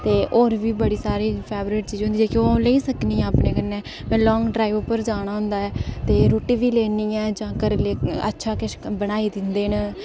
ते होर बी बड़ी सारी फैवरेट चीजां होंदियां जेह्की ओह् लेई सकनी आं अपने कन्नै में लॉंग ड्राइव उप्पर जाना होंदा ऐ ते रुट्टी बी लेन्नी ऐ जां कर अच्छा किश बनाई दिंदे न